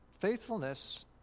Faithfulness